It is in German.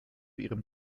ihrem